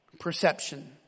perception